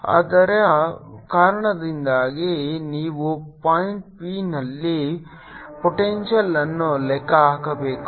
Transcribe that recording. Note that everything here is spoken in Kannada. ಅದರ ಕಾರಣದಿಂದಾಗಿ ನೀವು ಪಾಯಿಂಟ್ p ನಲ್ಲಿ ಪೊಟೆಂಶಿಯಲ್ ಅನ್ನು ಲೆಕ್ಕ ಹಾಕಬೇಕು